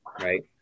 right